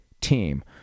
team